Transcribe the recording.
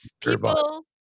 people